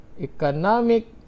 economic